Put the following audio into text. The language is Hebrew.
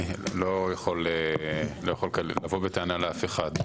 לא יכול לבוא בטענה לאף אחד.